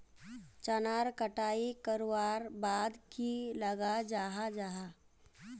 चनार कटाई करवार बाद की लगा जाहा जाहा?